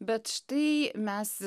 bet štai mes